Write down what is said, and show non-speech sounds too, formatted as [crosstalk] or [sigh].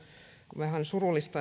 vähän surullista [unintelligible]